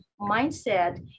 mindset